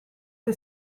che